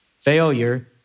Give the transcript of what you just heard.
Failure